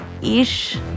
ish